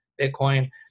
Bitcoin